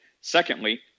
Secondly